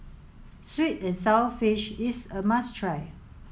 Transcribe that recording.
sweet and sour fish is a must try